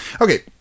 Okay